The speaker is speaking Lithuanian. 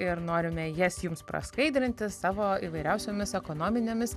ir norime jas jums praskaidrinti savo įvairiausiomis ekonominėmis